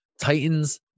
Titans